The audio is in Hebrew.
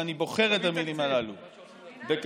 ואני בוחר את המילים הללו בקפדנות,